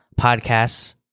podcasts